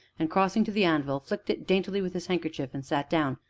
and, crossing to the anvil, flicked it daintily with his handkerchief and sat down,